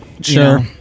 Sure